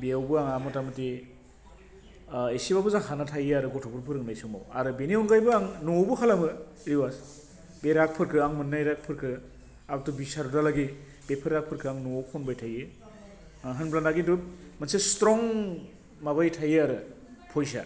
बेयावबो आंहा मुथा मुथि एसेबाबो जाखाना थायो आरो गथ'फोर फोरोंनाय समाव आरो बिनि अनगायैबो आं न'वावबो खालामो रिवास बे रागफोरखो आं मोन्नाय रागफोरखौ आपथु बिसारदालागै बेफोर रागफोरखौ आं न'वाव खनबाय थायो होनब्लाना खिन्थु मोनसे स्ट्रं माबायै थायो आरो भयसआ